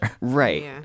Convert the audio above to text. Right